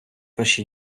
ваші